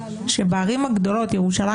ובערים הגדולות: ירושלים,